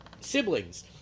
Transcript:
siblings